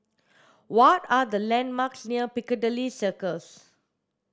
what are the landmarks near Piccadilly Circus